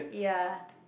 ya